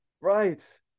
Right